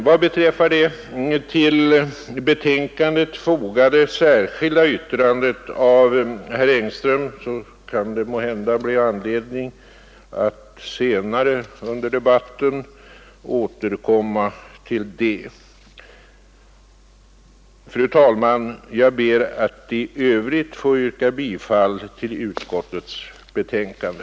Vad beträffar det till betänkandet fogade särskilda yttrandet av herr Engström kan det måhända bli anledning att senare under debatten återkomma till det. Fru talman! Jag ber att i övrigt få yrka bifall till utskottets förslag.